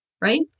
Right